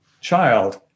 child